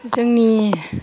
जोंनि